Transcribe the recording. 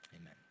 Amen